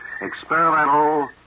Experimental